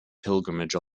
pilgrimage